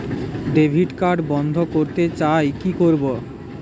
Debit card বন্ধ করতে চাই কি করব?